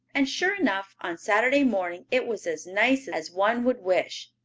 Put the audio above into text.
and sure enough, on saturday morning it was as nice as one would wish.